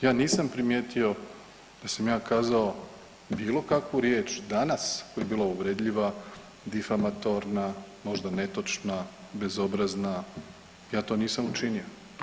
Ja nisam primijetio da sam ja kazao bilo kakvu riječ danas koja je bila uvredljiva, difamatorna, možda netočna, bezobrazna, ja to nisam učinio.